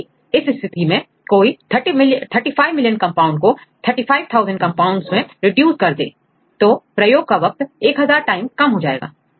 तो यदि इस स्थिति में कोई 35 मिलियन कंपाउंड को 35000 कंपाउंड्स में रिड्यूस कर दे प्रयोगों का वक्त 1000 टाइम कम हो जाएगा